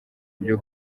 byo